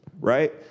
right